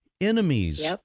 enemies